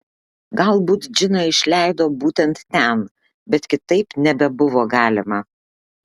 galbūt džiną išleido būtent ten bet kitaip nebebuvo galima